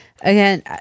Again